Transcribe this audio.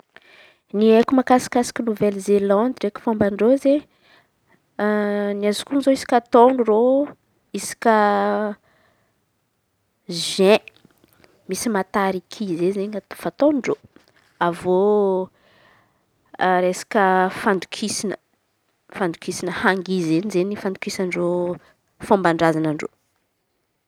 Ny haiko mahakasikasiky Novel zelandy ndraiky fômban-dreo izen̈y. Ny azoko on̈o izen̈y isaky taôno reo isaky ziain misy matariky izen̈y fataôn-dreo; Avy eo resaka fandokisin̈a, fandokisana hangïy zey izen̈y fômban-drazanan-dreo.